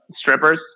strippers